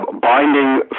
binding